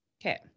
Okay